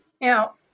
Now